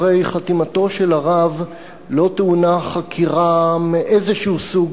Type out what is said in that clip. הרי חתימתו של הרב לא טעונה חקירה מאיזה סוג,